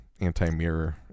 anti-mirror